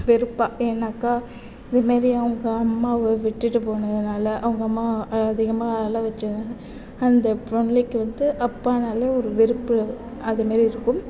வெறுப்பாள் ஏன்னாக்கால் இது மாரி அவங்க அம்மாவை விட்டுவிட்டு போனதுனால் அவங்க அம்மா அதிகமாக அழ வைச்சதால அந்த பிள்ளைக்கு வந்து அப்பானாலே ஒரு வெறுப்பு அது மாரி இருக்கும்